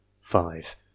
Five